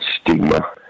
stigma